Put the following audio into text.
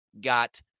got